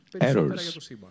errors